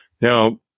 Now